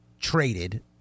traded